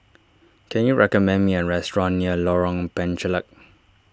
can you recommend me a restaurant near Lorong Penchalak